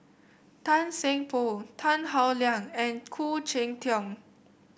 Tan Seng Poh Tan Howe Liang and Khoo Cheng Tiong